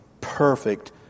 perfect